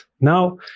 now